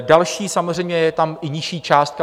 Další, samozřejmě je tam i nižší částka.